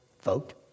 Vote